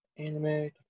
Anime